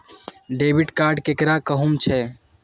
Debit card केकरा कहुम छे?